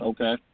Okay